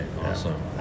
awesome